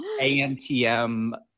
ANTM